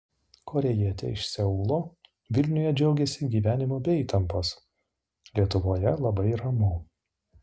korėjietė iš seulo vilniuje džiaugiasi gyvenimu be įtampos lietuvoje labai ramu